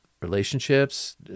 relationships